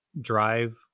drive